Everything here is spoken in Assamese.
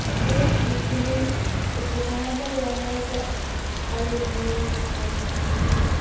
সেই ফুলখিনি এইটো কাৰণতে ৰুৱা নাই যে অকল মোৰ ঘৰখন